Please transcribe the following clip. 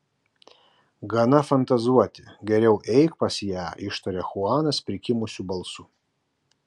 gana fantazuoti geriau eik pas ją ištaria chuanas prikimusiu balsu